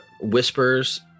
whispers